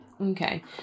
okay